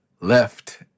Left